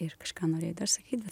ir kažką norėjai dar sakyt